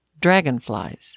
dragonflies